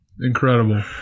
Incredible